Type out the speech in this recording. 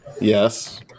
Yes